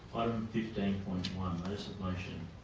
fifteen point one, notice of motion